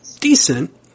decent